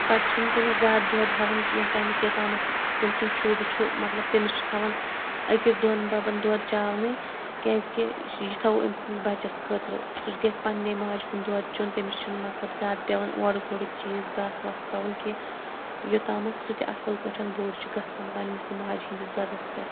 پَتہٕ چھِنہٕ تٔمِس زیادٕ دۄد ہیٚوان کیٚنٛہہ ٹایمَس یوٚتام تٔمۍ سُنٛد شُر چھُ مَطلَب تٔمِس چھُ تھاوان أکِس دۄن بَبَن دۄد چاونے کیٛازکہِ یہِ تھاوَو أمۍ سِنٛدِس بَچَس خٲطرٕ سُہ تہِ گَژھِ پَننے ماجہِ ہُنٛد دۄد چوٚن تٔمِس چھُہٕ مَطلَب زیاد پیٚوان اورُک یورُک چیٖز گاسہٕ واسہٕ ترٛاوُن کیٚنٛہہ یوٚتام سُہ تہِ اصٕل پٲٹھۍ بوٚڈ چھُ گَژھان پَننِسٕے ماجہِ ہٕنٛدِس دۄدَس پیٚٹھ